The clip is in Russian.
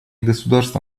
государства